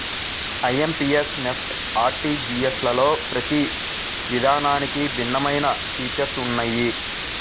IMPS, NEFT, ఆర్టీజీయస్లలో ప్రతి విధానానికి భిన్నమైన ఫీచర్స్ ఉన్నయ్యి